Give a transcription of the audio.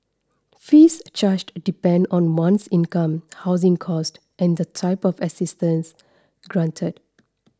fees charged depend on one's income housing cost and the type of assistance granted